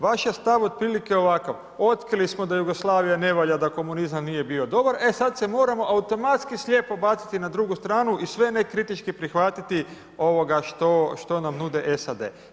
Vaš je stav otprilike ovakav, otkrili smo da Jugoslavija ne valja, da komunizam nije bio dobar, e sad se moramo automatski slijepo baciti na drugu stranu i sve ne kritički prihvatiti što nam nudi SAD.